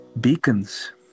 beacons